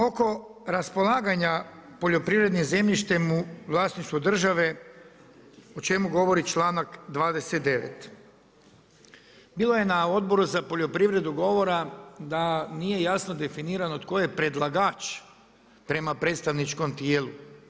Oko raspolaganja poljoprivrednim zemljištem u vlasništvu države, o čemu govori članak 29. bilo je na Odboru za poljoprivredu govora da nije jasno definirano tko je predlagač prema predstavničkom tijelu.